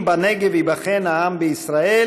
אם בנגב ייבחן העם בישראל,